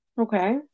Okay